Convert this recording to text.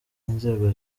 inzego